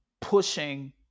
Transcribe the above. pushing